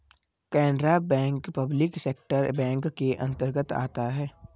Canara bank public sector bank के अंतर्गत आता है